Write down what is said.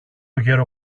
γερο